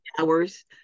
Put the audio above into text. hours